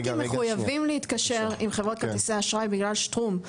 הבנקים מחויבים להתקשר עם חברות כרטיסי האשראי בגלל שטרום.